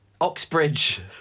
Oxbridge